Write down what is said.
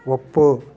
ಒಪ್ಪು